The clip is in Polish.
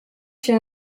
się